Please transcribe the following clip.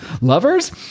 Lovers